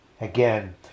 Again